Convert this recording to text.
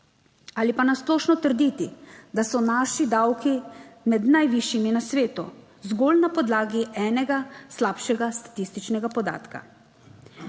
ali pa na splošno trditi, da so naši davki med najvišjimi na svetu zgolj na podlagi enega slabšega statističnega podatka.